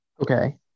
Okay